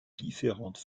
différentes